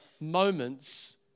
moments